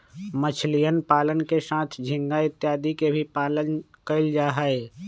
मछलीयन पालन के साथ झींगा इत्यादि के भी पालन कइल जाहई